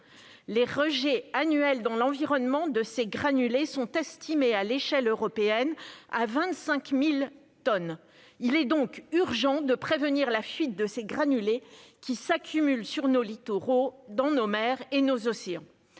Les rejets annuels dans l'environnement de ces granulés sont estimés, à l'échelle européenne, à 25 000 tonnes. Il est donc urgent de prévenir la fuite de ces granulés qui s'accumulent sur nos littoraux, dans nos mers et dans nos océans.